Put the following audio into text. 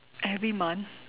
every month